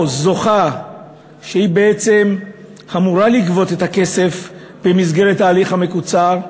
או זוכה שבעצם אמורה לגבות את הכסף במסגרת ההליך המקוצר,